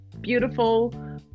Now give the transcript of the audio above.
beautiful